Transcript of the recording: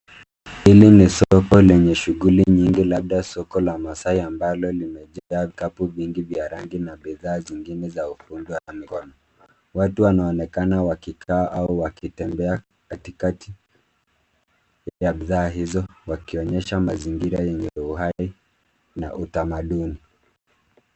Hili ni soko lenye shughuli nyingi, labda soko la Maasai, ambalo limejaa vikapu vingi vya rangi na bidhaa zingine za ufundi wa mkono. Watu wanaonekana wakikaa au wakitembea katikati ya bidhaa hizo, wakionyesha mazingira yenye uhai na utamaduni.